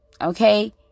Okay